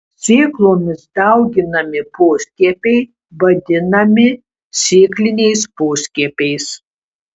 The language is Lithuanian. sėklomis dauginami poskiepiai vadinami sėkliniais poskiepiais